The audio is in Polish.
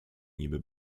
niby